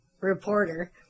reporter